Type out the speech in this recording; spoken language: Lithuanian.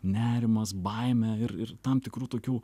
nerimas baimė ir ir tam tikrų tokių